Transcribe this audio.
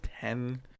ten